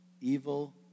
evil